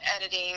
editing